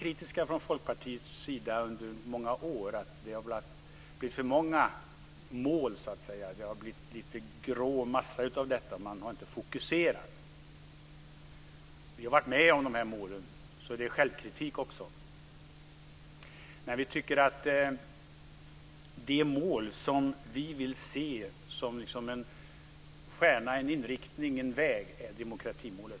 Vi har från Folkpartiets sida under många år varit kritiska och ansett att det har blivit för många mål. Det har blivit en grå massa, och man har inte fokuserat sig på något mål. Vi har varit med om att fatta beslut om dessa mål, så här är det också självkritik. Det mål vi vill se som en stjärna, en inriktning, en väg, är demokratimålet.